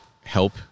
help